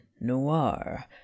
Noir